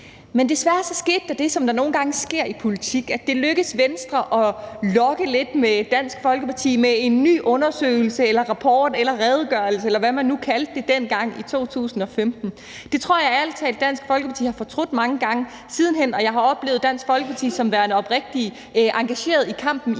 Men desværre skete der det, som der nogle gange sker i politik, nemlig at det lykkedes Venstre at lokke Dansk Folkeparti lidt med en ny undersøgelse, rapport, redegørelse, eller hvad man nu kaldte det dengang i 2015. Det tror jeg ærlig talt at Dansk Folkeparti har fortrudt mange gange siden hen, og jeg har oplevet Dansk Folkeparti som værende oprigtig engagerede i kampen imod